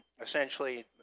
essentially